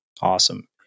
Awesome